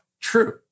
true